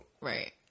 Right